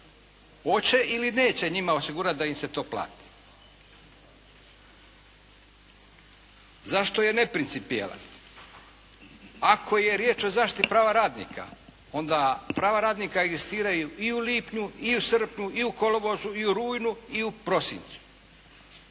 hoće ili neće njima osigurati da im se to plati? Zašto je neprincipijelan? Ako je riječ o zaštiti prava radnika, onda prava radnika egzistiraju i u lipnju i u srpnju i u kolovozu i u rujnu i u prosincu.